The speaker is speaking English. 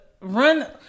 Run